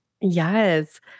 Yes